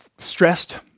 stressed